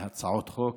בהצעות חוק,